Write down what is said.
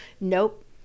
Nope